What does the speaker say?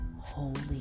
holy